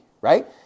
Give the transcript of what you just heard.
right